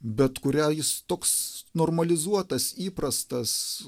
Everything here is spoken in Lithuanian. bet kurią jis toks normalizuotas įprastas